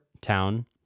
town